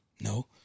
No